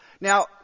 Now